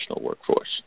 workforce